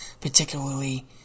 particularly